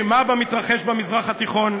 אשמה במתרחש במזרח התיכון?